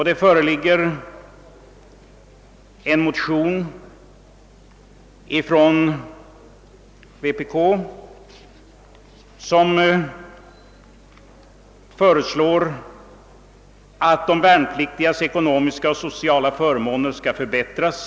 Det föreligger en motion från vänsterpartiet kommunisterna, vari föreslås att de värnpliktigas ekonomiska och sociala förmåner skall förbättras.